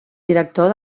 director